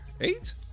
Eight